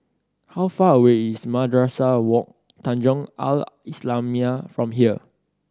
how far away is Madrasah Wak Tanjong Al Islamiah from here